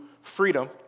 freedom